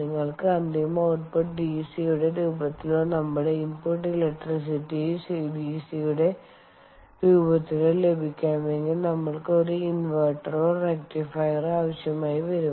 നിങ്ങൾക്ക് അന്തിമ ഔട്ട്പുട്ട് ഡിസിയുടെ രൂപത്തിലോ നമ്മളുടെ ഇൻപുട്ട് ഇലക്ട്രിസിറ്റി ഡിസിയുടെ രൂപത്തിലോ ലഭിക്കണമെങ്കിൽ നമ്മൾക്ക് ഒരു ഇൻവെർട്ടറോ റക്റ്റിഫയറോ ആവശ്യമായി വരും